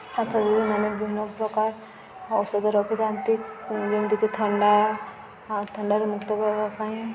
ଆଶା ଦିଦିମାନେ ବିଭିନ୍ନପ୍ରକାର ଔଷଧ ରଖିଥାନ୍ତି ଯେମିତିକି ଥଣ୍ଡା ଆଉ ଥଣ୍ଡାରେ ମୁକ୍ତ ପାଇବା ପାଇଁ